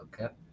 Okay